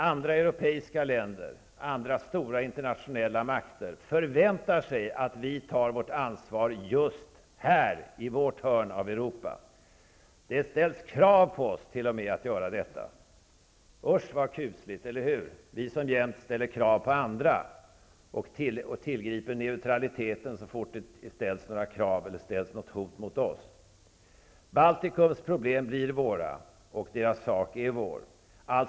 Andra europeiska länder, andra stora internationella makter, förväntar sig att vi tar vårt ansvar just här i vårt hörn av Europa. Det ställs t.o.m. krav på oss att göra detta. Usch vad kusligt, eller hur, vi som jämt ställer krav på andra och tillgriper begreppet neutralitet så snart det ställs några krav på eller hot mot oss. Baltikums problem är våra och deras sak är vår sak.